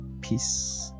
peace